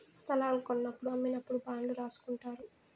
స్తలాలు కొన్నప్పుడు అమ్మినప్పుడు బాండ్లు రాసుకుంటారు